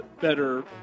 better